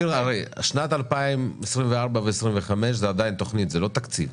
שנת 2024 ו-2025 זה עדיין תכנית, זה לא תקציב.